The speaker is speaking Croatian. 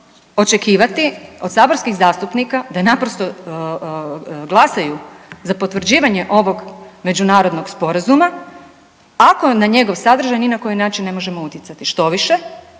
očekivati od saborskih zastupnika da naprosto glasaju za potvrđivanje ovog međunarodnog sporazuma ako na njegov sadržaj ni na koji način ne možemo utjecati? Štoviše,